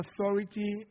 authority